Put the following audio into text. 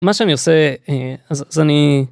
מה שאני עושה אז אני.